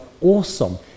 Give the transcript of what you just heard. awesome